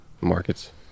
markets